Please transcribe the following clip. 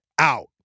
out